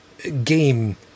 game